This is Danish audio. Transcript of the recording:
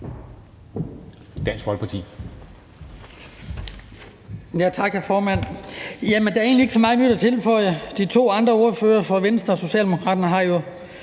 Dansk Folkeparti,